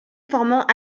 formant